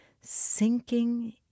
Sinking